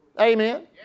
Amen